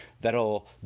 that'll